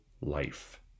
life